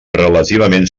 relativament